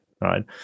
Right